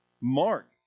Mark